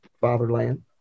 fatherland